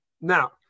Now